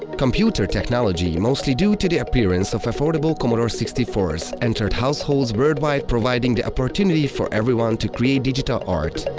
computer technology, mostly due to the appearance of affordable commodore sixty four s, entered households worldwide, providing the opportunity for everyone to create digital art.